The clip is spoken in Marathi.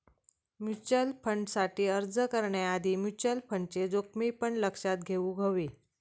म्युचल फंडसाठी अर्ज करण्याआधी म्युचल फंडचे जोखमी पण लक्षात घेउक हवे